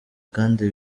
kandi